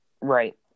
Right